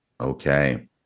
Okay